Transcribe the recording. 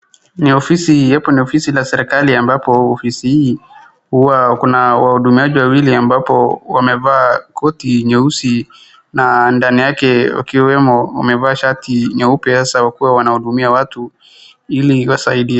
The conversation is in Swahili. Ni ofisi, hapo ni ofisi la serikali ambapo ofisi hii huwa kuna wahudumiaji wawili ambapo wamevaa koti nyeusi na ndani yake wakiwemo wamevaa shati nyeupe sasa wakiwa wanahudumia watu ili wasaidie.